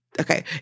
Okay